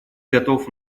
готов